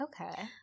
Okay